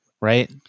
right